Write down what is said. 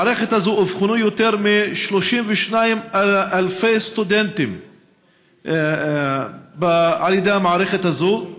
אובחנו יותר מ-32,000 סטודנטים על ידי המערכת הזאת,